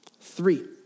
Three